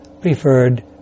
preferred